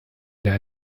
der